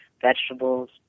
vegetables